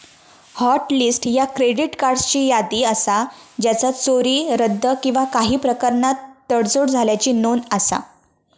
hot list ह्या credit कार्ड्सची यादी असा ज्याचा चोरी, रद्द किंवा काही प्रकारान तडजोड झाल्याची नोंद असा